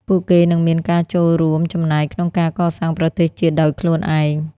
ពួកគេនឹងមានការចូលរួមចំណែកក្នុងការកសាងប្រទេសជាតិដោយខ្លួនឯង។